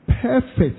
perfect